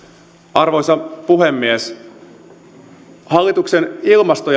arvoisa puhemies hallituksen ilmasto